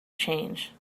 change